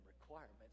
requirements